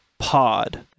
pod